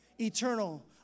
Eternal